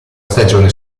stagione